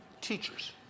teachers